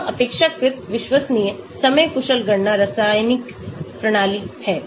यह अपेक्षाकृत विश्वसनीय समय कुशल गणना रासायनिक प्रणाली है